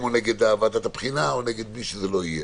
או נגד ועדת הבחינה או נגד מי שזה לא יהיה.